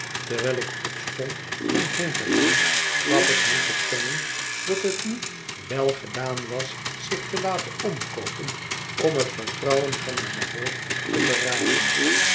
terwijl ik opstond om heen te haan gaf ik hem te kennen dat het niet wèl gedaan was zich te laten omkoopen om het vertrouwen van mijn voogd te verraden